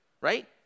right